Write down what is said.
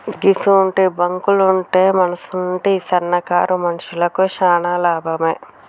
గిసుంటి బాంకులుంటే మనసుంటి సన్నకారు మనుషులకు శాన లాభమే